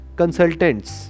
consultants